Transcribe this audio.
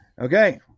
Okay